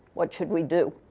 what should we do?